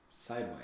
sideways